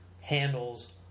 handles